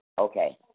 okay